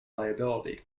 liability